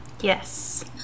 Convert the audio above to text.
Yes